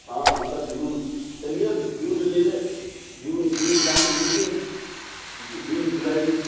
हाँ हाँ तब जून चलिए जून में ले लें जू जून के लास्ट में लीजिए जून जुलाई में